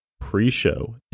pre-show